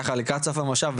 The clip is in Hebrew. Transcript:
לקראת סוף המושב,